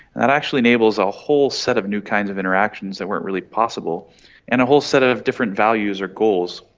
that actually enables a whole set of new kinds of interactions that weren't really possible and a whole set of different values or goals.